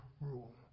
rule